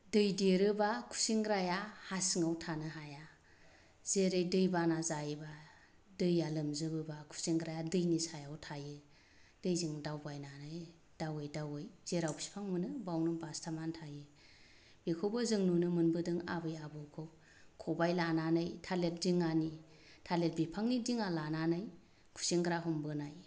दै देरोबा गुसेंग्राया हा सिङाव थानो हाया जेरै दै बाना जायोबा दैआ लोमजोबोबा गुसेंग्राया दैनि सायाव थायो दैजों दावबायनानै दावै दावै जेराव बिफां मोनो बेयावनो बास्थाबनानै थायो बेखौबो जों नुनो मोनबोदों आबै आबौखौ खबाय लानानै थालिर दिङानि थालिरर बिफांनि दिङा लानानै गुसेंग्रा हमबोनाय